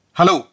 Hello